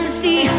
see